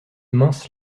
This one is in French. mince